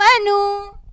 Manu